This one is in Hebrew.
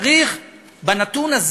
צריך בנתון הזה,